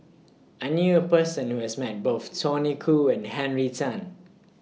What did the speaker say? I knew A Person Who has Met Both Tony Khoo and Henry Tan